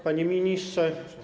Panie Ministrze!